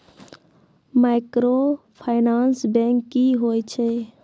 Microfinance bank की होय छै?